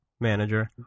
manager